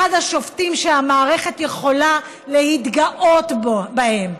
אחד השופטים שהמערכת יכולה להתגאות בהם.